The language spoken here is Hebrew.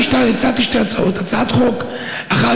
אני הצעתי שתי הצעות: הצעת חוק אחת,